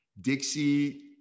Dixie